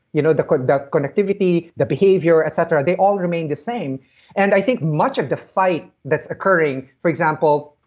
you know the but connectivity, the behavior, et cetera, they all remain the same and i think much of the fight that's occurring. for example,